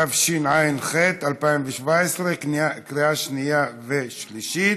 התשע"ח 2017, בקריאה שנייה וקריאה שלישית,